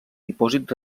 dipòsit